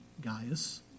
Gaius